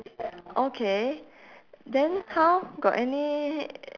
okay then how got any